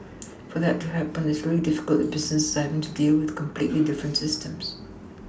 for that to happen it's really difficult if businesses are having to deal with completely different systems